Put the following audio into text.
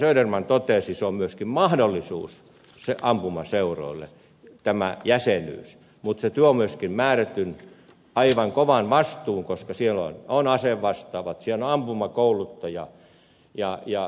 söderman totesi että tämä jäsenyys on myöskin mahdollisuus ampumaseuroille mutta se tuo myöskin määrätyn hyvin kovan vastuun koska siellä on asevastaavat siellä on ampumakouluttaja ja niin edelleen